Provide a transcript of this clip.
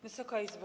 Wysoka Izbo!